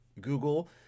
Google